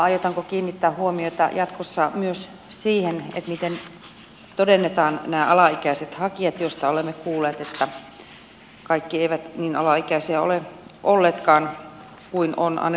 aiotaanko kiinnittää huomiota jatkossa myös siihen miten todennetaan nämä alaikäiset hakijat joista olemme kuulleet että kaikki eivät niin alaikäisiä ole olleetkaan kuin on annettu ymmärtää